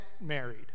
married